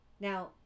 Now